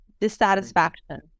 dissatisfaction